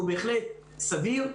הוא בהחלט סביר.